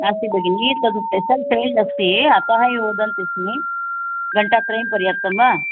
नास्ति भगिनि तद् स्पेशल् चाइल्ड् अस्ति अतः वदन्ति अस्मि घण्टात्रयं पर्याप्तं वा